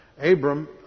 Abram